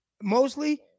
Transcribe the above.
Mostly